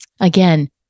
again